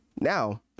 now